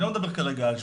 אני לא מדבר כרגע על שבות,